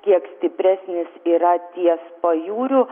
kiek stipresnis yra ties pajūriu